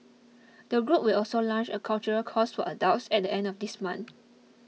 the group will also launch a cultural course were adults at end of this month